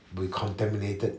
be contaminated